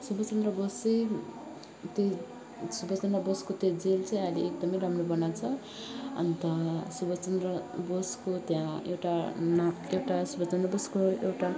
सुभाषचन्द्र बोस चाहिँ त्यो सुभाषचन्द्र बोसको त्यो जेल चाहिँ अहिले एकदम राम्रो बनाएको छ अन्त सुभाषचन्द्र बोसको त्यहाँ एउटा न एउटा सुभाषचन्द्र बोसको एउटा